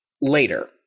later